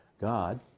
God